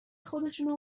خودشونه